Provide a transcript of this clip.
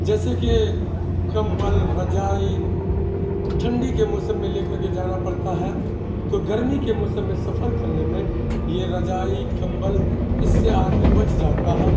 جیسے کہ کمبل رضائی ٹھنڈی کے موسم میں لے کر کے جانا پڑتا ہے تو گرمی کے موسم میں سفر کرنے میں یہ رضائی کمبل اس سے آدمی بچ جاتا ہے